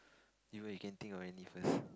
even you can think of any first